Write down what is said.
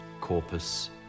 corpus